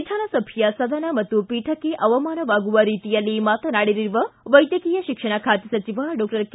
ವಿಧಾನಸಭೆಯ ಸದನ ಮತ್ತು ಪೀಠಕ್ಕೆ ಅವಮಾನವಾಗುವ ರೀತಿಯಲ್ಲಿ ಮಾತನಾಡಿರುವ ವೈದ್ಯಕೀಯ ಶಿಕ್ಷಣ ಖಾತೆ ಸಚಿವ ಡಾಕ್ಟರ್ ಕೆ